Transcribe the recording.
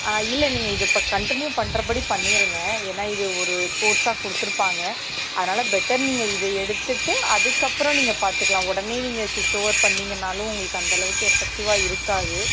இல்லை நீங்கள் இது இப்போ கன்ட்டினியூ பண்றபடி பண்ணிடுங்க ஏன்னா இது ஒரு கோர்ஸாக கொடுத்துருப்பாங்க அதனால் பெட்டர் நீங்கள் இதை எடுத்துவிட்டு அதுக்கப்புறம் நீங்கள் பார்த்துக்கலாம் உடனே நீங்கள் ஸ்விச் ஓவர் பண்ணீங்கன்னாலும் உங்களுக்கு அந்த அளவுக்கு எஃபக்டிவ்வாக இருக்காது